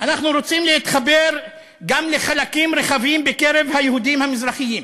אנחנו רוצים להתחבר גם לחלקים רחבים בקרב היהודים המזרחים.